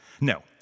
No